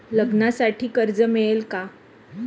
लग्नासाठी कर्ज मिळेल का?